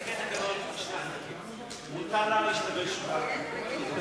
לפי התקנון מותר לה להשתמש בנימוק הזה,